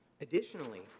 Additionally